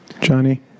Johnny